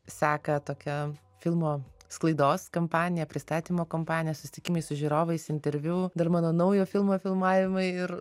seka tokia filmo sklaidos kampanija pristatymo kompanija susitikimai su žiūrovais interviu dar mano naujo filmo filmavimai ir